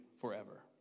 forever